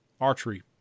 archery